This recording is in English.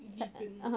vegan